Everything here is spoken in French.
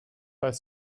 pas